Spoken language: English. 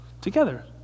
together